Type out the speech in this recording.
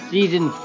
Season